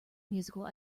musical